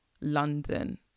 london